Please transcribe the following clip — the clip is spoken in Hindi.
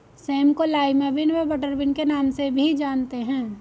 सेम को लाईमा बिन व बटरबिन के नाम से भी जानते हैं